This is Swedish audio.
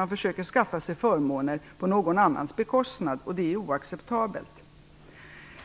Man försöker skaffa sig förmåner på någon annans bekostnad. Det är oacceptabelt.